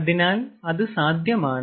അതിനാൽ അത് സാധ്യമാണ്